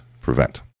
prevent